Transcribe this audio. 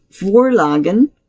vorlagen